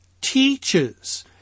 teaches